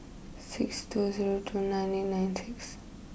six two zero two nine eight nine six